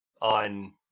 on